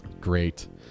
Great